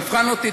תבחן אותי.